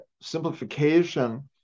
simplification